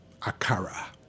Akara